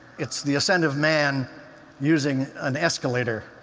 it's the ascent of man using an escalator,